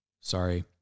Sorry